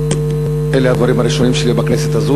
אלה הדברים הראשונים שלי בכנסת הזאת,